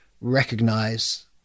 recognize